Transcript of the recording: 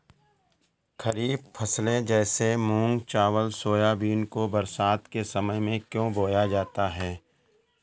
खरीफ फसले जैसे मूंग चावल सोयाबीन को बरसात के समय में क्यो बोया जाता है?